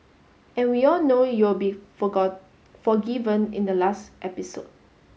and we all know you'll be forgiven in the last episode